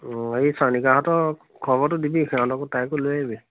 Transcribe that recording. অঁ এই চয়নিকাহঁতক খবৰটো দিবি সিহঁতক তাইকো লৈ আহিবি